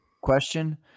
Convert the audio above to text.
Question